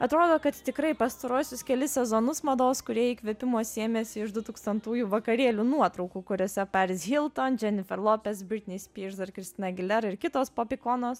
atrodo kad tikrai pastaruosius kelis sezonus mados kūrėjai įkvėpimo sėmėsi iš du tūkstantųjų vakarėlių nuotraukų kuriose paris hilton dženifer lopez britnei spyrs ar kristina agilera ir kitos popikonos